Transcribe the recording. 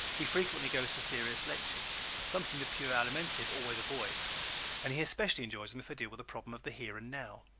he frequently goes to serious lectures something the pure alimentive always avoids and he especially enjoys them if they deal with the problem of the here and now.